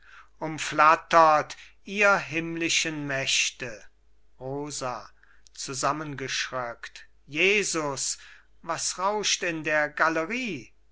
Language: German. umflattert ihr himmlischen mächte rosa zusammengeschröckt jesus was rauscht in der galerie